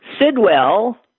Sidwell